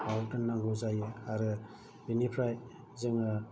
दोननांगौ जायो आरो बिनिफ्राय जोङो